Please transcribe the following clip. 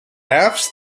herfst